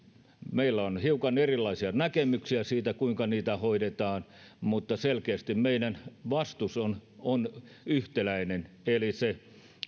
meillä on hiukan erilaisia näkemyksiä siitä kuinka niitä hoidetaan mutta selkeästi vastus on on yhtäläinen eli se